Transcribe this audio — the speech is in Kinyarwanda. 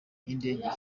y’indege